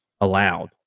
allowed